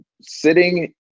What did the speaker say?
sitting